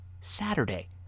Saturday